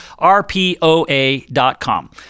rpoa.com